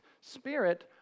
Spirit